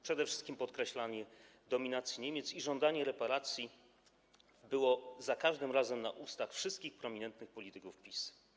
Przede wszystkim podkreślanie dominacji Niemiec i żądanie reparacji było za każdym razem na ustach wszystkich prominentnych polityków PiS.